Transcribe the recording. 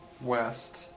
west